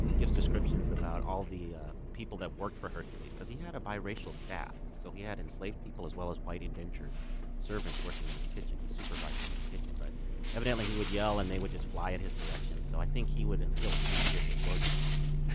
gives descriptions about all the people that worked for hercules because he had a biracial staff. so he had enslaved people as well as white indentured servants working in his kitchen. he supervised supervised them in the kitchen. but evidently he would yell, and they would just fly in his direction. so i think he would feel a kinship with gordon ramsey.